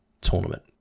tournament